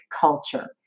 culture